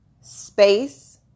space